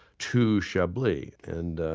to chablis, and